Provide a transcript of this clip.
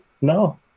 no